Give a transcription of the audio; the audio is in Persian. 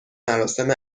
مراسم